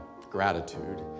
gratitude